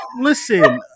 listen